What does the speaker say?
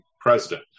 president